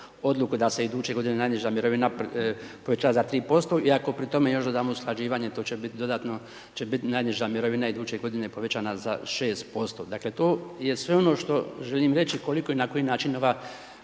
odluku da se iduće godine najniža mirova povećava za 3% i ako pri tome još dodamo usklađivanje, to će biti dodatno će biti najniža mirovina iduće godine povećana za 6%. Dakle, to je sve ono što želim reći koliko i na koji način ova